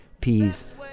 peace